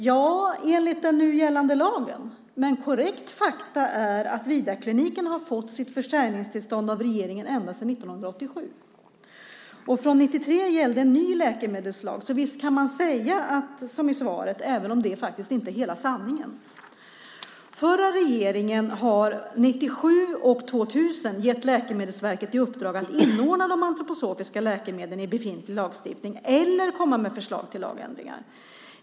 Ja, enligt den nu gällande lagen. Men korrekta fakta är att Vidarkliniken har fått sitt försäljningstillstånd av regeringen ända sedan 1987. Från 1993 gällde en ny läkemedelslag. Så visst kan man säga som i svaret även om det faktiskt inte är hela sanningen. Förra regeringen har år 1997 och 2000 gett Läkemedelsverket i uppdrag att inordna de antroposofiska läkemedlen i befintlig lagstiftning eller komma med förslag till lagändringar.